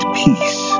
peace